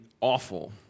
awful